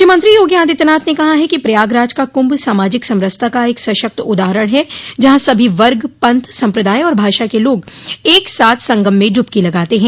मुख्यमंत्री योगी आदित्यनाथ ने कहा कि प्रयागराज का क्रंभ समाजिक समरसता का एक सशक्त उदाहरण है जहां सभी वर्ग पंथ सम्प्रदाय और भाषा के लोग एक साथ संगम में डूबकी लगाते हैं